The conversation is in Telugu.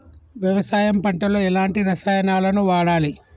వ్యవసాయం పంట లో ఎలాంటి రసాయనాలను వాడాలి?